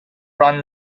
run